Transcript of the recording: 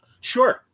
Sure